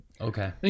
Okay